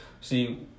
See